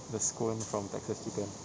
the scone from texas chicken